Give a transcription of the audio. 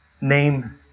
name